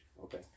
Okay